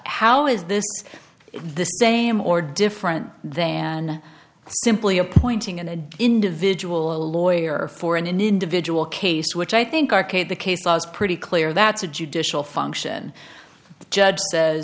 how is this the same or different than simply appointing a individual a lawyer for an individual case which i think arcade the case law is pretty clear that's a judicial function judge says